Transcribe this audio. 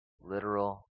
literal